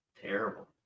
Terrible